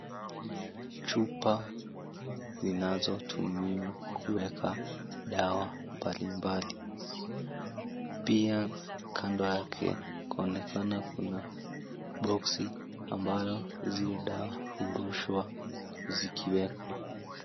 Chupa zinazotumiwa kuweka dawa mbili mbali pia kando yake kunaonekana box ambalo zile dawa hurushwa zikiwekwa.